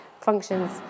functions